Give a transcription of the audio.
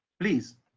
please.